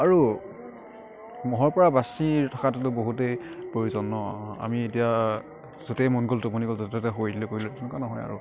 আৰু মহৰ পৰা বাছি থকাটোতো বহুতেই প্ৰয়োজন ন আমি এতিয়া য'তেই মন গ'ল টোপনি গ'ল শুই দিলো কৰিলোঁ তেনেকুৱা নহয় আৰু